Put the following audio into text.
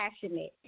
passionate